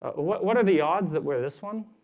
ah what what are the odds that wear this one?